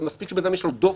מספיק שלאדם יש דופק,